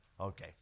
Okay